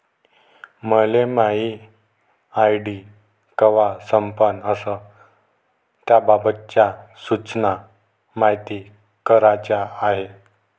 मले मायी आर.डी कवा संपन अन त्याबाबतच्या सूचना मायती कराच्या हाय